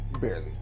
Barely